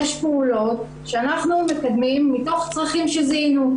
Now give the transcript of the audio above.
יש פעולות שאנחנו מקדמים מתוך צרכים שזיהינו.